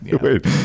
wait